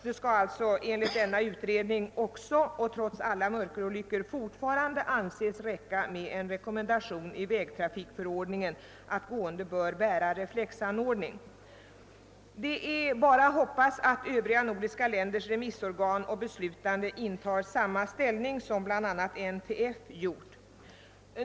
Det skall alltså enligt denna utredning trots alla mörkerolyckor fortfarande anses räcka med en rekommendation i vägtrafikförordningen att gående bör bära reflexanordning. Det är bara att hoppas, att övriga nordiska länders remissorgan och beslutande intar samma ställning som bl.a. NTF gjort.